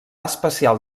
especial